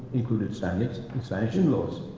included spaniards and spanish in-laws.